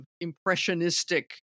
impressionistic